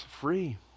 free